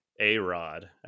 A-Rod